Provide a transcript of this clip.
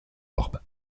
orb